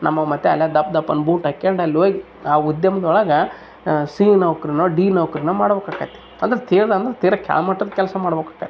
ನಮ್ಮವು ಮತ್ತು ಅಲ್ಲೇ ದಪ್ಪ ದಪ್ಪನ ಬೂಟ್ ಹಾಕೊಂಡ್ ಅಲ್ಲೋಗಿ ಆ ಉದ್ಯಮದೊಳಗೆ ಸಿ ನೌಕರನೋ ಡಿ ನೌಕರನೋ ಮಾಡ್ಬೇಕು ಆಗತ್ತೆ ಅದು ತೀರಾ ಅಂದ್ರೆ ತೀರ ಕೆಳಮಟ್ಟದ ಕೆಲಸ ಮಾಡ್ಬೇಕ್ ಆಗತ್ತೆ